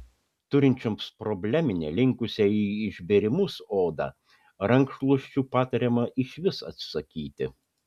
turinčioms probleminę linkusią į išbėrimus odą rankšluosčių patariama išvis atsisakyti